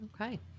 Okay